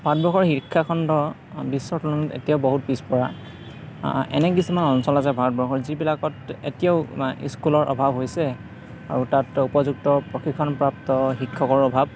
ভাৰতবৰ্ষৰ শিক্ষাখণ্ড বিশ্বৰ তুলনাত এতিয়াও বহুত পিছপৰা এনে কিছুমান অঞ্চল আছে ভাৰতবৰ্ষৰ যিবিলাকত এতিয়াও স্কুলৰ অভাৱ হৈছে আৰু তাত উপযুক্ত প্ৰশিক্ষণপ্ৰাপ্ত শিক্ষকৰো অভাৱ